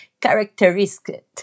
characteristic